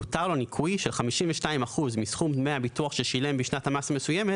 יותר לו ניכוי של 52% מסכום דמי הביטוח ששילם בשנת המס המסוימת